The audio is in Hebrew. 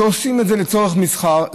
שעושים את זה לצורך מסחר.